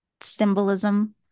symbolism